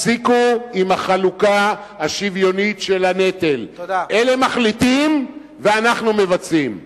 תפסיקו עם החלוקה השוויונית של הנטל: אלה מחליטים ואנחנו מבצעים.